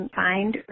find